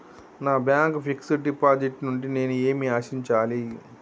నా bank fixed deposit నుండి నేను ఏమి ఆశించాలి?